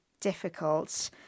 difficult